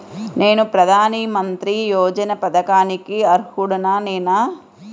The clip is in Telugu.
నేను ప్రధాని మంత్రి యోజన పథకానికి అర్హుడ నేన?